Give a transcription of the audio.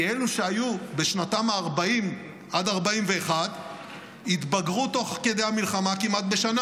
כי אלו שהיו בשנתם ה-40 עד 41 התבגרו תוך כדי המלחמה כמעט בשנה.